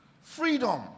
Freedom